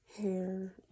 hair